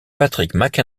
patrick